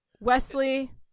wesley